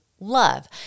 love